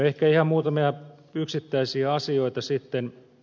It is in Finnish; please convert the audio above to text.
ehkä ihan muutamia yksittäisiä asioita sitten